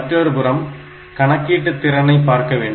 மற்றொருபுறம் கணக்கீட்டு திறனை பார்க்கவேண்டும்